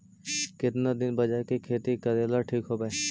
केतना दिन बाजरा के खेती करेला ठिक होवहइ?